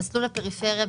במסלול הפריפריה,